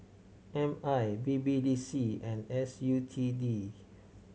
M I B B D C and S U T D